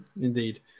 Indeed